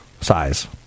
size